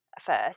first